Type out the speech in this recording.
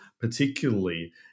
particularly